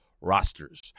rosters